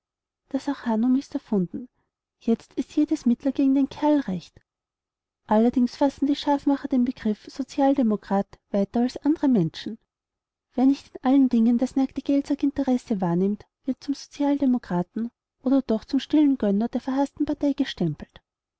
das arcanum ist gefunden jetzt ist jedes mittel gegen den kerl recht allerdings fassen die scharfmacher den begriff sozialdemokrat weiter als andere menschen wer nicht in allen dingen das nackte geldsackinteresse wahrnimmt wird zum sozialdemokraten oder doch zum stillen gönner der verhaßten partei gestempelt